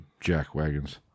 jackwagons